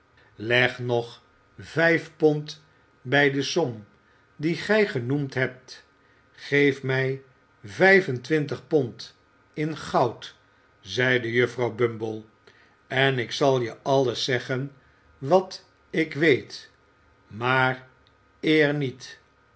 leg nog vijf pond bij de som die gij genoemd hebt geef mij vijf en twintig pond in goud zeide juffrouw bumble en ik zal je alles zeggen wat ik weet maar eer niet